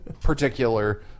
particular